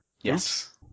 Yes